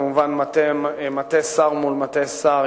כמובן מטה שר מול מטה שר,